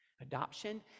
adoption